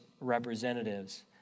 representatives